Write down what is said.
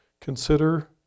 consider